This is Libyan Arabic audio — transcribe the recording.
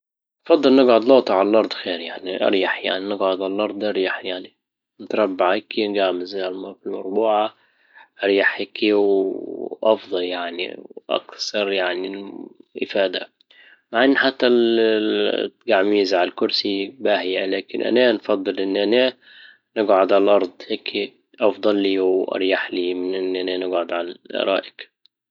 اتفضل نجعد لجطة على الارض خير يعني اريح يعني نجعد على الارض اريح يعني نتربع هكى زى عالمربوعه عامل اريح هكي وافضل يعني واكثر يعني افادة مع ان حتى الجعميزه عالكرسي باهية لكن انا نفضل ان انا نجعد عالارض هكى أفضل لى و أريح لى ان انا نجعد عالارائك